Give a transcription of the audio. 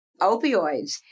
opioids